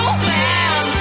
man